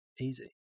Easy